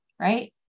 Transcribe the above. right